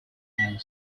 and